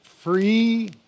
free